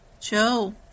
Joe